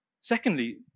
Secondly